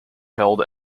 held